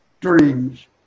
dreams